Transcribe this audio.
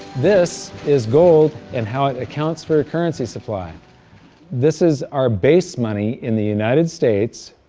this is gold and how it accounts for currency supply this is our base money in the united states,